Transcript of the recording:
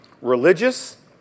religious